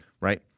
Right